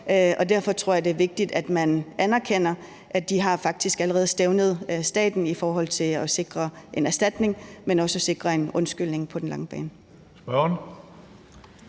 sag. Derfor tror jeg, det er vigtigt, at man anerkender, at de faktisk allerede har stævnet staten i forhold til at sikre en erstatning, men også at sikre en undskyldning på den lange bane.